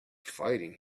fighting